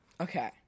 Okay